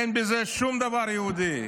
אין בזה שום דבר יהודי.